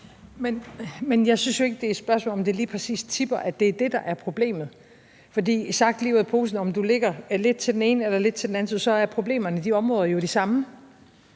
Men jeg synes jo ikke, at det er et spørgsmål, om det lige præcis tipper, altså at det er det, der er problemet. For sagt lige ud af posen: Om du ligger lidt til den ene side eller lidt til den anden side, er problemerne i de områder jo de samme.